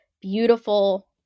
beautiful